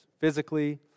Physically